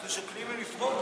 אנחנו שוקלים אם לפרוש מהמרוץ.